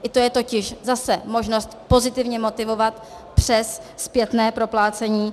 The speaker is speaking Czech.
I to je totiž zase možnost pozitivně motivovat přes zpětné proplácení.